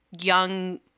young